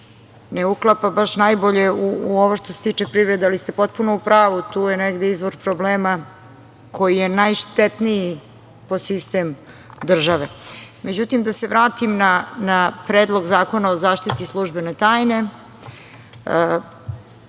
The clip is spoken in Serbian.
ne uklapa baš najbolje u ovo što se tiče privrede, ali ste potpuno u pravu, tu je negde izvor problema koji je najštetniji po sistem države.Međutim da se vratim na Predlog zakona o zaštiti službene tajne.